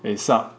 eh 'sup